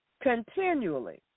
continually